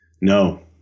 No